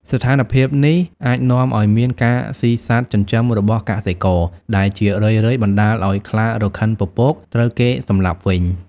ស្ថានភាពនេះអាចនាំឲ្យមាន ការស៊ីសត្វចិញ្ចឹមរបស់កសិករ ដែលជារឿយៗបណ្តាលឲ្យខ្លារខិនពពកត្រូវគេសម្លាប់វិញ។